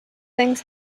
things